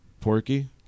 Porky